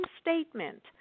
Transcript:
statement